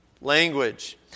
language